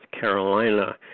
Carolina